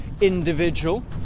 individual